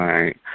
Right